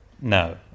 No